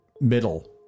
middle